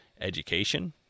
education